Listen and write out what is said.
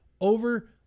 Over